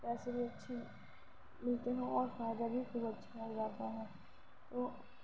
پیسے بھی اچھے ملتے ہیں اور فائدہ بھی خوب اچھا ہو جاتا ہے اور